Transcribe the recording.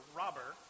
robber